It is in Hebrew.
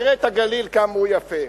יראה את הגליל כמה הוא יפה,